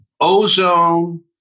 ozone